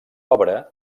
obra